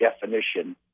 definition